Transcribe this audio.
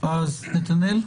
אז, נתנאל?